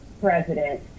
president